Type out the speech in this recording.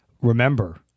Remember